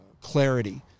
clarity